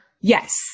Yes